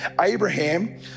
Abraham